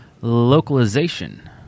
localization